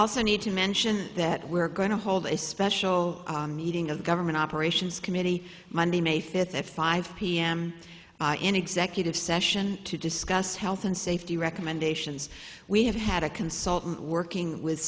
also need to mention that we're going to hold a special meeting of government operations committee monday may fifth at five pm in executive session to discuss health and safety recommendations we have had a consultant working with